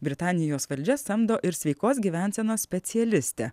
britanijos valdžia samdo ir sveikos gyvensenos specialistę